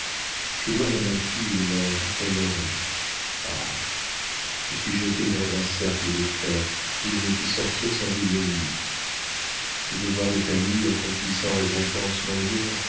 je dois à ma fille une mère honorée ah je suis jetée dans un cercle de fer d'où je ne puis sortir sans ignominie les devoirs de famille accomplis sans récompense m'ennuieront